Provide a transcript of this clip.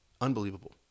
unbelievable